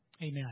Amen